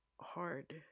hard